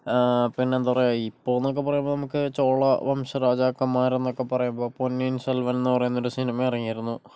പിന്നെന്താ പറയുക ഇപ്പോന്ന് നമുക്ക് ചോള വംശ രാജാക്കന്മാരെന്നൊക്കെപ്പറയുമ്പോൾ പൊന്നീൻ സൽവൻന്ന് പറഞ്ഞ ഒരു സിനിമ ഇറങ്ങിയിരുന്നു